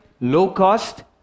low-cost